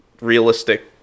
realistic